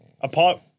apart